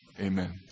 Amen